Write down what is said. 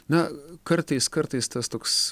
na kartais kartais toks